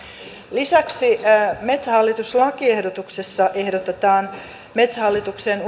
lisäksi metsähallitus lakiehdotuksessa ehdotetaan metsähallitukseen